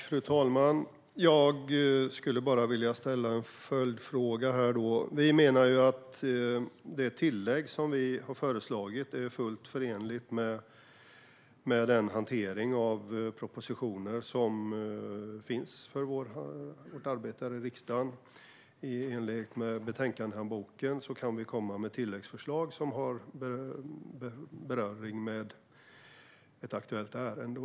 Fru talman! Jag skulle vilja ställa en följdfråga till Björn Wiechel. Vi menar att det tillägg som vi har föreslagit är fullt förenligt med den hantering av propositioner som gäller för vårt arbete här i riksdagen. I enlighet med Betänkandehandboken kan vi komma med tilläggsförslag som berör ett aktuellt ärende.